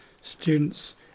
students